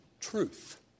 truth